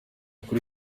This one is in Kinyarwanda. kuri